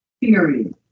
period